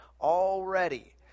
already